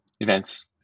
events